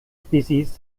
species